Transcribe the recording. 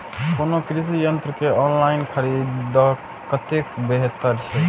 कोनो कृषि यंत्र के ऑनलाइन खरीद कतेक बेहतर छै?